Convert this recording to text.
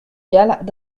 cinq